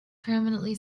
permanently